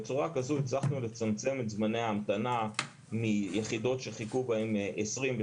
בצורה כזו הצלחנו לצמצם את זמני ההמתנה מיחידות שחיכו בהם 20,